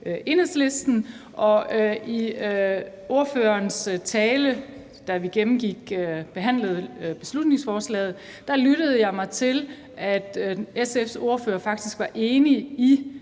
Enhedslisten, og i ordførerens tale, da vi behandlede beslutningsforslaget, lyttede jeg mig til, at SF's ordfører faktisk var enig i